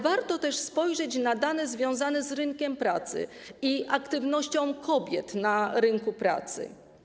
Warto też spojrzeć na dane związane z rynkiem pracy i aktywnością kobiet na rynku pracy.